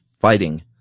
fighting